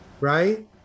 Right